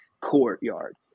courtyard